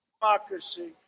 Democracy